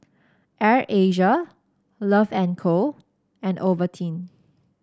Air Asia Love and Co and Ovaltine